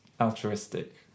altruistic